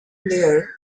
layer